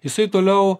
jisai toliau